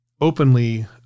openly